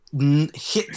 hit